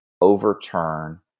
overturn